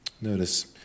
Notice